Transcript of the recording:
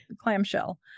clamshell